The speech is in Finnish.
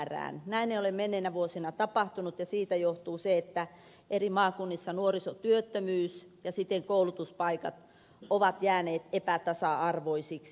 näin ei ole menneinä vuosina tapahtunut ja siitä johtuu se että eri maakunnissa nuorisotyöttömyys ja siten koulutuspaikat ovat jääneet epätasa arvoisiksi